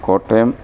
Kottayam